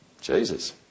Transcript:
Jesus